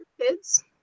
kids